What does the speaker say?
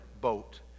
boat